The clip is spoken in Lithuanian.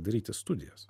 daryti studijas